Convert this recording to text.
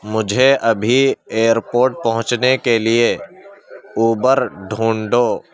مجھے ابھی ایئرپورٹ پہنچنے کے لیے اوبر ڈھونڈو